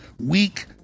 weak